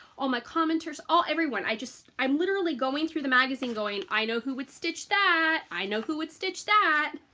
all my commenters, all everyone. i just i'm literally going through the magazine going, i know who would stitch that. i know who would stitch that.